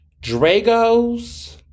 Dragos